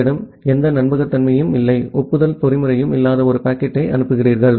உங்களிடம் எந்த நம்பகத்தன்மையும் இல்லை ஒப்புதல் பொறிமுறையும் இல்லாத ஒரு பாக்கெட்டை அனுப்புகிறீர்கள்